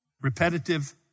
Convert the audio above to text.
repetitive